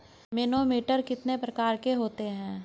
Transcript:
Manometer कितने प्रकार के होते हैं?